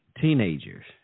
teenagers